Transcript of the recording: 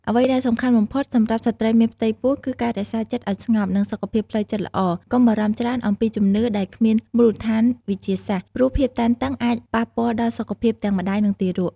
អ្វីដែលសំខាន់បំផុតសម្រាប់ស្ត្រីមានផ្ទៃពោះ គឺការរក្សាចិត្តឲ្យស្ងប់ និងសុខភាពផ្លូវចិត្តល្អ កុំបារម្ភច្រើនអំពីជំនឿដែលគ្មានមូលដ្ឋានវិទ្យាសាស្ត្រ ព្រោះភាពតានតឹងអាចប៉ះពាល់ដល់សុខភាពទាំងម្តាយ និងទារក ។